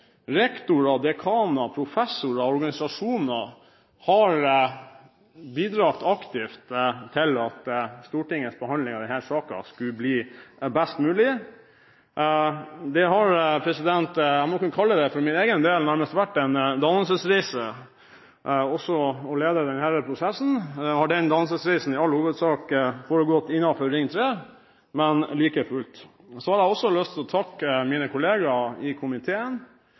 Rektorer, dekaner, professorer og organisasjoner har bidratt aktivt til at Stortingets behandling av denne saken skulle bli best mulig. Det har for min egen del nærmest vært en dannelsesreise å lede denne prosessen. Nå har denne dannelsesreisen i all hovedsak foregått innenfor Ring 3, men like fullt. Så har jeg også lyst til å takke mine kolleger i komiteen